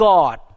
God